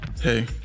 Hey